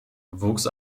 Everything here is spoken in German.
wuchs